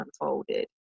unfolded